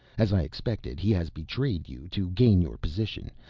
as i expected he has betrayed you to gain your position,